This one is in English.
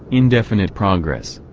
indefinite progress.